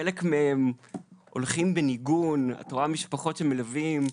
חלק מהם הולכים בניגון, את רואה משפחות שמלווים,